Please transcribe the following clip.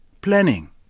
planning